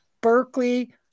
Berkeley